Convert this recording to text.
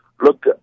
Look